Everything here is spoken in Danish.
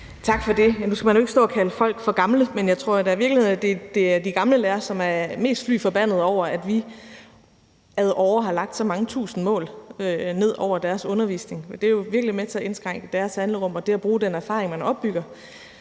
det. Nu skal man jo ikke stå og kalde folk gamle, men jeg tror da, at det i virkeligheden er de gamle lærere, som er mest fly forbandet over, at vi i løbet af årene har lagt så mange tusind mål ned over deres undervisning. Det er jo virkelig med til at indskrænke deres handlerum og det at bruge den erfaring, man som lærer